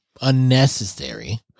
unnecessary